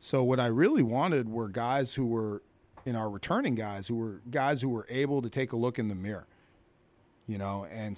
so what i really wanted were guys who were in our returning guys who were guys who were able to take a look in the mirror you know and